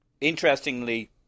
interestingly